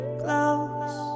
close